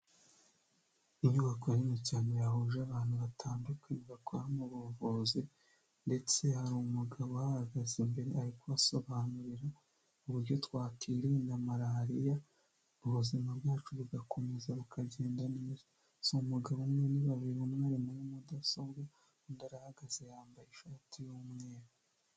Inyubako nini cyane yahuje abantu batandukanye bakora mu buvuzi ndetse hari umugabo uhahagaze imbere ari kubasobanurira uburyo twakirinda malariya, ubuzima bwacu bugakomeza bukagenda neza, si umugabo umwe, ni babiri umwe ari muri mudasobwa undi arahagaze yambaye ishati y'umweru.